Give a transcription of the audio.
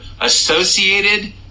Associated